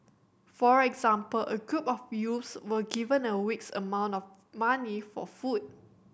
for example a group of youths were given a week's amount of money for food